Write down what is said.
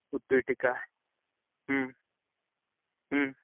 उत्पीटिका